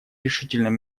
решительным